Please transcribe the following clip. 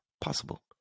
possible